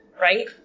right